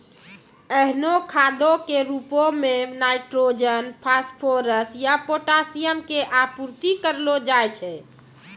एहनो खादो के रुपो मे नाइट्रोजन, फास्फोरस या पोटाशियम के आपूर्ति करलो जाय छै